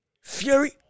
Fury